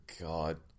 God